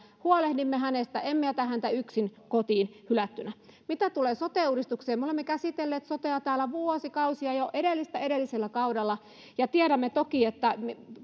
huolehdimme hänestä emme jätä häntä yksin kotiin hylättynä mitä tulee sote uudistukseen me olemme käsitelleen sotea täällä vuosikausia jo edellistä edeltävällä kaudella ja tiedämme toki